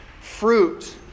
fruit